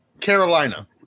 Carolina